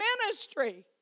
ministry